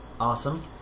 Awesome